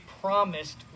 promised